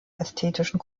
ästhetischen